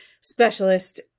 specialist